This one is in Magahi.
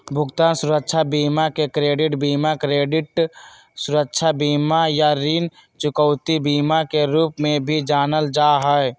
भुगतान सुरक्षा बीमा के क्रेडिट बीमा, क्रेडिट सुरक्षा बीमा, या ऋण चुकौती बीमा के रूप में भी जानल जा हई